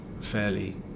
fairly